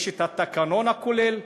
יש את התקנון הכולל,